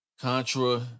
Contra